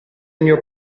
mio